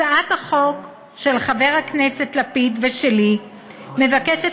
הצעת החוק של חבר הכנסת לפיד ושלי מבקשת